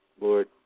lord